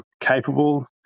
capable